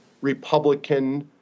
Republican